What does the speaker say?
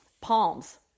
Palms